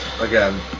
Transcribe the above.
again